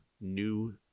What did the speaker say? new